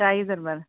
ಹಾಂ ಇದಾರ್ ಬರ್ರಿ